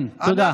כן, תודה.